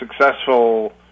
successful